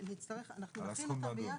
אנחנו נכין אותם ביחד.